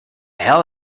hell